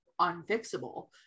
unfixable